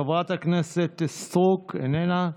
חברת הכנסת סטרוק, איננה.